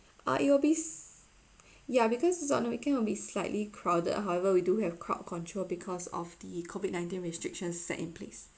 uh it will be ya because it's on the weekend we'll be slightly crowded however we do have crowd control because of the COVID nineteen restrictions set in place